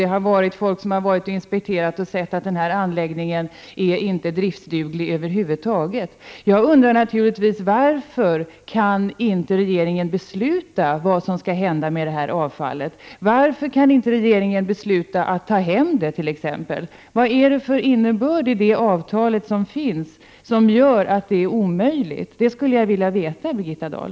Folk har inspekterat anläggningen och sett att den över huvud taget inte är driftsduglig. Jag undrar naturligtvis varför regeringen inte kan besluta vad som skall hända med detta avfall. Varför kan inte regeringen t.ex. besluta att ta hem det? Vad är det i det avtal som finns som gör att detta är omöjligt? Det skulle jag vilja veta, Birgitta Dahl.